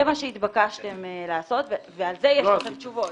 זה מה שהתבקשתם לעשות ועל זה יש לכם תשובות.